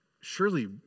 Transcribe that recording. Surely